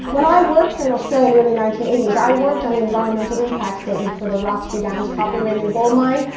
when i worked here in australia in the early nineteen eighty s, i worked on the environmental impact statement for the roxby downs copper, uranium, gold mine,